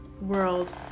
world